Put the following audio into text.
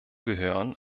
gehören